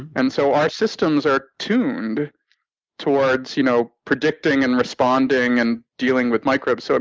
and so our systems are tuned towards you know predicting and responding and dealing with microbes. so